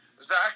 Zach